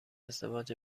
ازدواج